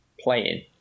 playing